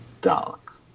dark